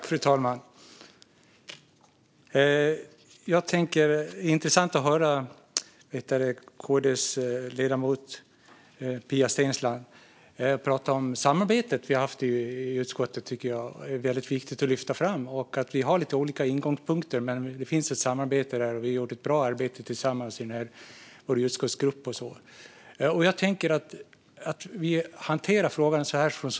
Fru talman! Det är intressant att höra KD:s ledamot Pia Steensland prata om samarbetet vi har haft i utskottet. Det är viktigt att lyfta fram. Vi har lite olika ingångspunkter, men det finns ett samarbete och vi har gjort ett bra arbete tillsammans i utskottsgruppen.